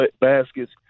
baskets